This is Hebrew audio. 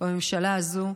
בממשלה הזאת,